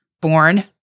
born